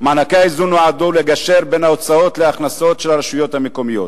מענקי האיזון נועדו לגשר בין ההוצאות להכנסות של הרשויות המקומיות,